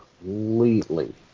completely